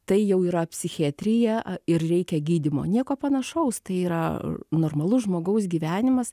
tai jau yra psichiatrija ir reikia gydymo nieko panašaus tai yra normalus žmogaus gyvenimas